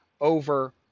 over